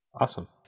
Awesome